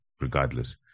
regardless